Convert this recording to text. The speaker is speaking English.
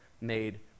made